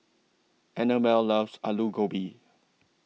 Annabelle loves Alu Gobi